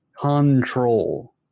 control